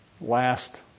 last